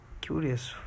curious